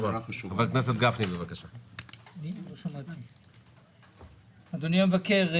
אדוני המבקר,